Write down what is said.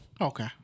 Okay